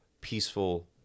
peaceful